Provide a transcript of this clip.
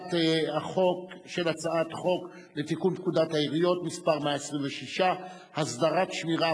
הצעת חוק לתיקון פקודת העיריות (מס' 126) (הסדרת שמירה,